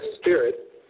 Spirit